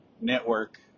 network